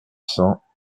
cents